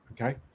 okay